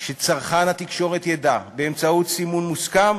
שצרכן התקשורת ידע, באמצעות סימון מוסכם,